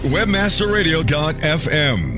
WebmasterRadio.fm